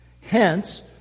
Hence